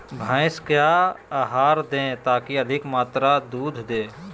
भैंस क्या आहार दे ताकि अधिक मात्रा दूध दे?